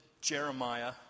Jeremiah